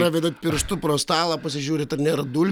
pravedat pirštu pro stalą pasižiūrit ar nėra dulkių